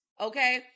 Okay